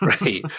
Right